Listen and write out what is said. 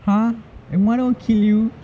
!huh! your mother will kill you